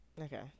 Okay